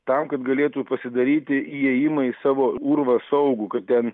tam kad galėtų pasidaryti įėjimą į savo urvą saugų kad ten